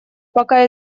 пока